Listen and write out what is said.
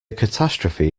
catastrophe